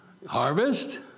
harvest